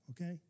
Okay